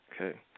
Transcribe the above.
Okay